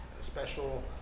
Special